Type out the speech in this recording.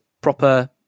proper